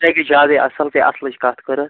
سَے گٔے زیادٔے اصٕل ژیٚے اصٕلِچ کَتھ کٔرٕتھ